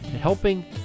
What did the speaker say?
helping